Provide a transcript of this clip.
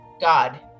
god